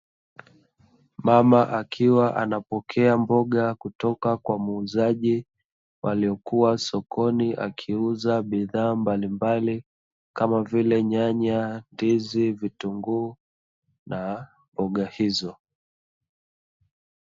Mama akiwa anapokea mboga kutoka kwa muuzaji aliye kuwa sokoni akiuza bidhaa mbalimbali kama vile nyanya, ndizi, vitunguu na mboga hizo.